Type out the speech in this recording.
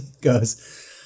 goes